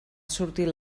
sortir